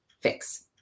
fix